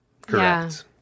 Correct